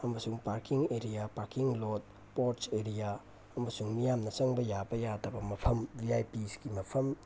ꯑꯃꯁꯨꯡ parking area parking lot porch area ꯑꯃꯁꯨꯡ ꯃꯤꯌꯥꯝꯅ ꯆꯪꯕ ꯌꯥꯕ ꯌꯥꯗꯕ ꯃꯐꯝ ꯚꯤ ꯑꯥꯏ ꯄꯤꯁꯀꯤ ꯃꯐꯝ